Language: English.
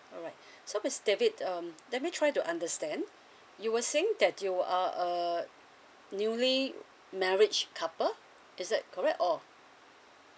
alright so mister david um let me try to understand you were saying that you uh a newly marriage couple is that correct oh